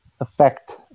affect